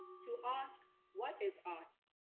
to ask what is us,